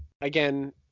Again